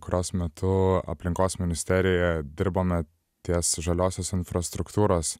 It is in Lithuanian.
kurios metu aplinkos ministerija dirbome ties žaliosios infrastruktūros